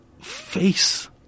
face